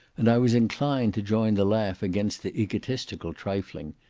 and i was inclined to join the laugh against the egotistical trifling,